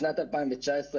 בשנת 2019,